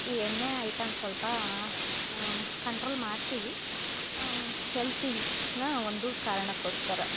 ಈ ಎಣ್ಣೆ ಐಟಮ್ ಸ್ವಲ್ಪ ಕಂಟ್ರೋಲ್ ಮಾಡ್ತೀವಿ ಹೆಲ್ತಿಗ್ ನ ಒಂದು ಕಾರಣಕ್ಕೋಸ್ಕರ